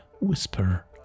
Whisper